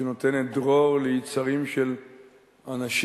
שנותנת דרור ליצרים של אנשים